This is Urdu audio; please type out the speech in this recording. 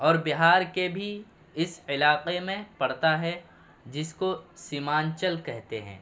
اور بہار کے بھی اس علاقہ میں پڑتا ہے جس کو سیمانچل کہتے ہیں